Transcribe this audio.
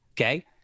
Okay